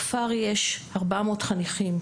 בכפר יש 400 חניכים,